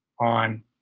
on